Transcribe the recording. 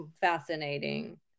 fascinating